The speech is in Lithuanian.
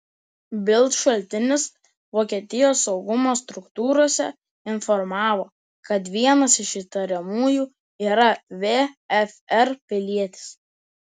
bild šaltinis vokietijos saugumo struktūrose informavo kad vienas iš įtariamųjų yra vfr pilietis